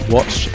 Watch